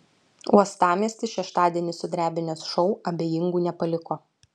uostamiestį šeštadienį sudrebinęs šou abejingų nepaliko